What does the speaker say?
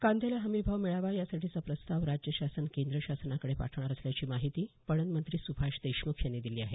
कांद्याला हमी भाव मिळावा यासाठीचा प्रस्ताव राज्य शासन केंद्र शासनाकडं पाठवणार असल्याची माहिती पणन मंत्री सुभाष देशमुख यांनी दिली आहे